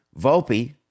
Volpe